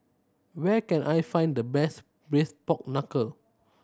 where can I find the best Braised Pork Knuckle